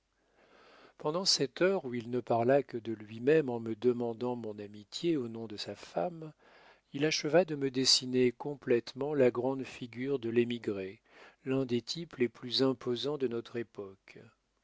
pendant cette heure où il ne parla que de lui-même en me demandant mon amitié au nom de sa femme il acheva de me dessiner complétement la grande figure de l'émigré l'un des types les plus imposants de notre époque